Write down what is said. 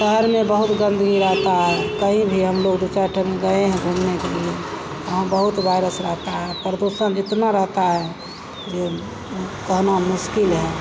शहर में बहुत गन्दगी रहती है कहीं भी हमलोग दो चार ठाम गए हैं घूमने के लिए वहाँ बहुत वायरस रहता है प्रदूषण इतना रहता है जो कहना मुश्किल है